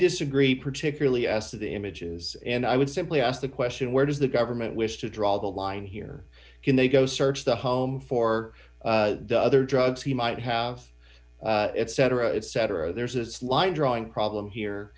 disagree particularly as to the images and i would simply ask the question where does the government wish to draw the line here can they go search the home for the other drugs he might have it cetera et cetera there's a slight drawing problem here